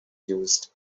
used